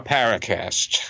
Paracast